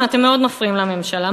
אתם מפריעים מאוד לממשלה,